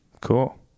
cool